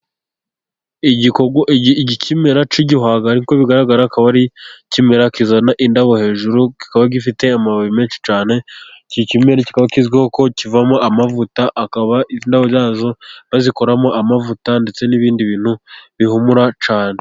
Ikimera cy'igihwagari. Uko bigaragara akaba ari ikimera kizana indabo hejuru, kikaba gifite amababi menshi cyane. Iki komera kikaba kizwiho ko kivamo amavuta. Indabo zabyo bazikoramo amavuta ndetse n'ibindi bintu bihumura cyane.